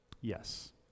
Yes